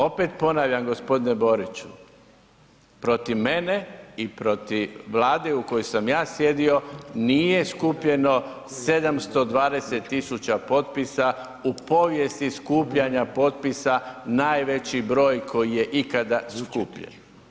Opet ponavljam g. Boriću, protiv mene i protiv Vlade u kojoj sam ja sjedio, nije skupljeno 720 000 potpisa u povijest skupljanja potpisa najveći broj koji je ikada skupljen.